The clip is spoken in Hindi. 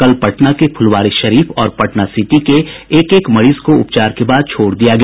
कल पटना के फूलवारीशरीफ और पटना सिटी के एक एक मरीज को उपचार के बाद छोड़ दिया गया